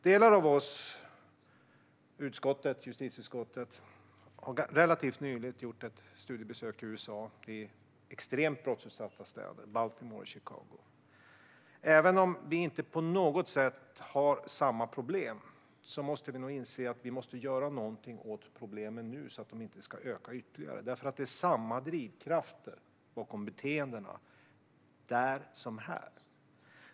Delar av justitieutskottet har relativt nyligen gjort ett studiebesök i USA i extremt brottsutsatta städer: Baltimore och Chicago. Även om vi inte på något sätt har samma problem som de måste vi inse att vi måste göra någonting åt problemen nu, så att de inte ökar ytterligare. Det är nämligen samma drivkrafter bakom beteendena där som här.